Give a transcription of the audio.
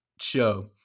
show